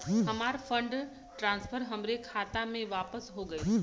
हमार fund transfer हमरे खाता मे वापस हो गईल